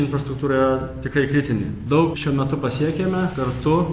infrastruktūra tikrai kritinė daug šiuo metu pasiekėme kartu